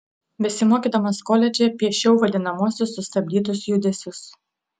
besimokydamas koledže piešiau vadinamuosius sustabdytus judesius